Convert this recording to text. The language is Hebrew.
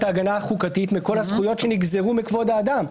ההגנה החוקתית מכל הזכויות שנגזרו מכבוד האדם,